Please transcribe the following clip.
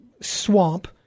swamp